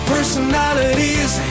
Personalities